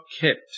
kept